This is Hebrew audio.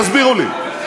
תסבירו לי.